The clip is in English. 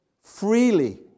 freely